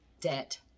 debt